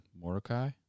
Mordecai